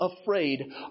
afraid